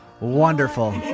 wonderful